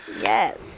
yes